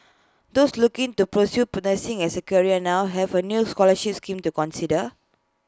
those looking to pursue put nursing as A career now have A new scholarship scheme to consider